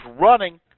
running